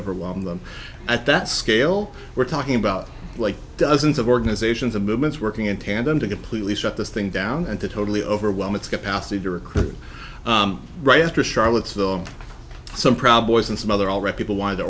overwhelmed them at that scale we're talking about like dozens of organizations and movements working in tandem to completely shut this thing down and to totally overwhelm its capacity to recruit right after charlottesville some problems and some other all right people wanted to